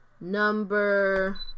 Number